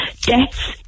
deaths